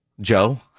joe